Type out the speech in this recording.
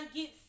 get